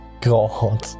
God